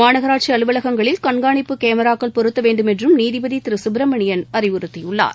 மாநகராட்சிஅலுவலகங்களில் கண்காணிப்பு கேமராக்கள் பொருத்தவேண்டுமென்றும் நீதிபதிதிருசுப்ரமணியம் அறிவுறுத்தியுள்ளார்